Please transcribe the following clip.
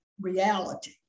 reality